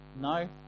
No